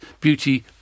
beauty